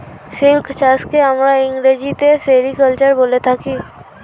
silk চাষকে আমরা ইংরেজিতে সেরিকালচার বলে থাকি